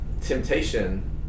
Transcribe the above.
Temptation